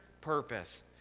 purpose